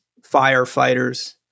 firefighters